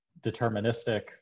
deterministic